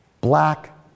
black